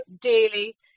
daily